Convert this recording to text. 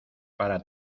para